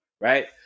Right